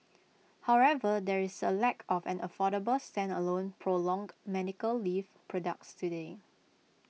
however there is A lack of an affordable standalone prolonged medical leave products today